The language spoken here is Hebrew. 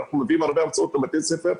אנחנו נותנים הרבה הרצאות בבתי הספר.